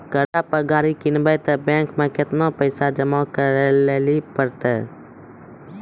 कर्जा पर गाड़ी किनबै तऽ बैंक मे केतना पैसा जमा करे लेली पड़त?